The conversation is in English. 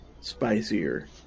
spicier